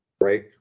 right